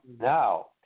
Now